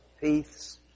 peace